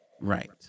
Right